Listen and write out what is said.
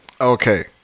Okay